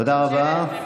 תודה רבה.